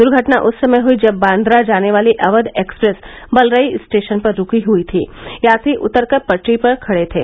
दुर्घटना उस समय हई जब बांद्रा जाने वाली अवध एक्सप्रेस बलरई स्टेशन पर रूकी हई थी यात्री उतकर पटरी पर खड़े थे